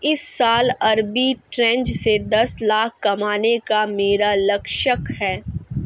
इस साल आरबी ट्रेज़ से दस लाख कमाने का मेरा लक्ष्यांक है